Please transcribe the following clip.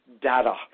data